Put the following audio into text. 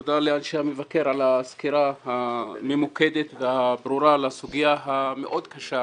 תודה לאנשי המבקר על הסקירה הממוקדת והברורה בסוגיה המאוד קשה